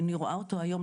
אני רואה אותו היום,